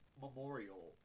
memorial